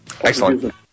Excellent